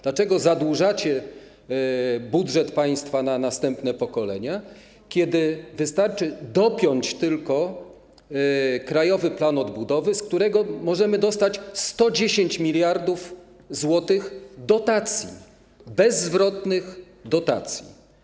Dlaczego zadłużacie budżet państwa na następne pokolenie, kiedy wystarczy dopiąć tylko Krajowy Plan Odbudowy, z którego możemy dostać 110 mld zł bezzwrotnych dotacji?